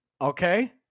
Okay